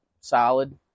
solid